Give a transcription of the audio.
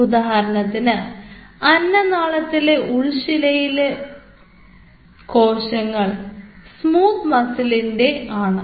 ഉദാഹരണത്തിന് അന്നനാളത്തിലെ ഉൾശിലയിൽ ഉള്ള കോശങ്ങൾ സ്മൂത്ത് മസിലിൻറെ ആണ്